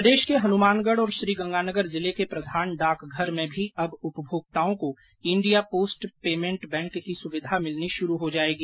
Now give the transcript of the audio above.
प्रदेश के हनुमानगढ़ और श्रीगंगानगर जिले के प्रधान डाकघर में भी अब उपभोक्ताओं को इंडिया पोस्ट पेमेंट बैंक की सुविधा मिलनी शुरू हो जाएगी